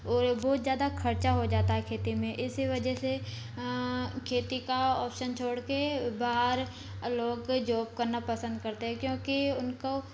और बहुत ज़्यादा खर्चा हो जाता हैं खेती में इसी वजह से खेती का ऑप्शन छोड़ कर बाहर लोगों के जॉब करना पसंद करते हैं क्योंकि उनको